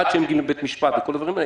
עד שמגיעים לבית משפט ובגלל כל הדברים האלה,